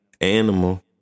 Animal